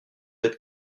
être